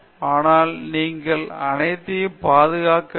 ஆனால் இங்கு நீங்கள் அனைத்தையும் பாதுகாக்க வேண்டும்